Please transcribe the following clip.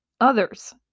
others